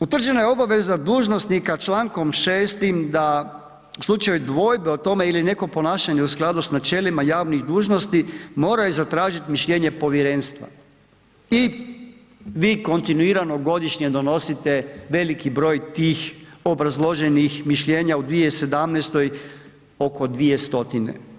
Utvrđena je obaveza dužnosnika člankom 6. da u slučaju dvojbe o tome ili neko ponašanje u skladu sa načelima javnih dužnosti, moraju zatražiti mišljenje povjerenstva i vi kontinuirano godišnje donosite veliki broj tih obrazloženih mišljenja u 2017. oko 200.